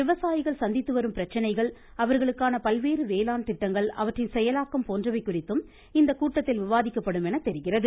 விவசாயிகள் சந்தித்து வரும் பிரச்சினைகள் அவர்களுக்கான பல்வேறு வேளாண் திட்டங்கள் அவற்றின் செயலாக்கம் போன்றவை குறித்தும் இந்த கூட்டத்தில் விவாதிக்கப்படும் என தெரிகிறது